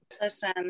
Listen